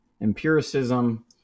empiricism